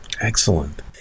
Excellent